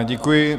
Děkuji.